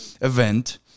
event